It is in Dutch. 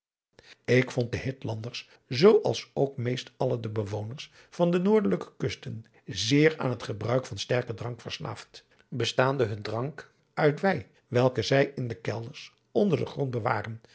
ik vond de hitlanders zoo als ook meest alle de bewoners van de noordelijke kusten zeer aan het gebruik van sterken drank verslaafd bestaande hun drank uit wei welke zij in de kelders onder den grond bewaren